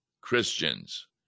Christians